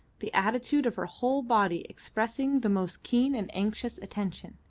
the attitude of her whole body expressing the most keen and anxious attention.